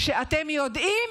אתם יודעים